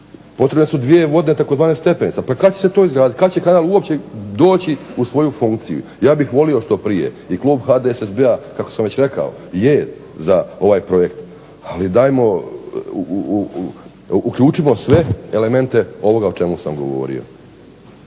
Potrebne su dvije vodne tzv. stepenice. Pa kad će se to izgraditi? Kad će kanal uopće doći u svoju funkciju? Ja bih volio što prije i klub HDSSB-a, kako sam već rekao, je za ovaj projekt, ali dajmo uključimo sve elemente ovoga o čemu sam govorio.